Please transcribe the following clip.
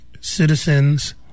citizens